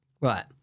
Right